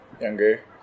younger